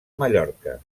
mallorca